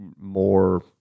more